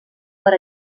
per